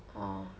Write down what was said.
oh